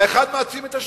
האחד מעצים את השני.